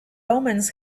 omens